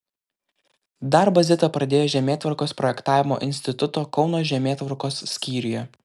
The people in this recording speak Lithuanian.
darbą zita pradėjo žemėtvarkos projektavimo instituto kauno žemėtvarkos skyriuje